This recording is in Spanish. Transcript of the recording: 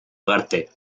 ugarte